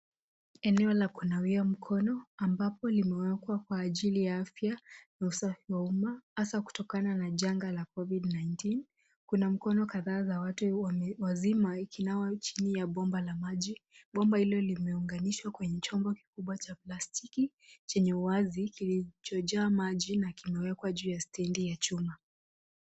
Eneo la kunawia mkono ambapo limewekwa kwa ajili ya afya na usafi wa umma kutokana na janga la COVID-19.Kuna mkono kadhaa za watu wazima ikinawa chini ya bomba la maji. Bomba hilo limeunganishwa kwenye chombo kikubwa cha plastiki chenye uwazi kilichojaa maji na kimewekwa juu ya stendi ya chuma.